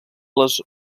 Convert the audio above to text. les